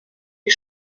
die